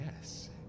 yes